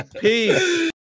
peace